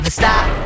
stop